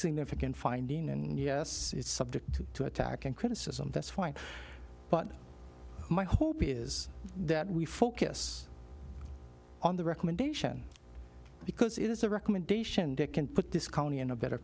significant finding and yes it's subject to attack and criticism that's fine but my hope is that we focus on the recommendation because it is a recommendation that can put this county in a better